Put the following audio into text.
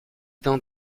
dans